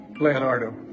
Leonardo